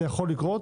זה יכול לקרות,